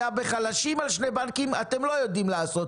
אנחנו נגלה יותר ויותר אנשים שיגיעו למציאות בה הם לא יכולים לעמוד בזה.